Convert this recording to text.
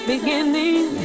beginning